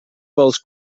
pels